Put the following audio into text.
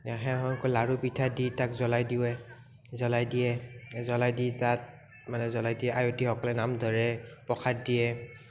সেৱা কৰি লাড়ু পিঠা দি তাক জ্বলাই দিওঁৱে জ্বলাই দিয়ে জ্বলাই দি তাত মানে জ্বলাই দি আয়তীসকলে নাম ধৰে প্ৰসাদ দিয়ে